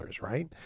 right